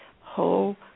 whole